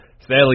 sadly